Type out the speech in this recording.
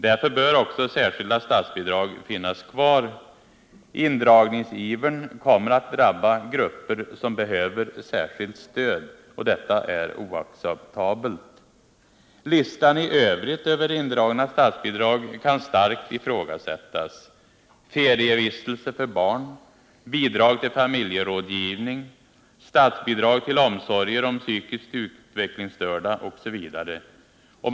Därför bör också särskilda statsbidrag finnas kvar. Indragningsivern kommer att drabba grupper som behöver särskilt stöd. Detta är oacceptabelt. Listan i övrigt över indragna statsbidrag kan starkt ifrågasättas. Den omfattar ferievistelse för barn, bidrag till familjerådgivning, statsbidrag till omsorger om psykiskt utvecklingsstörda m.m.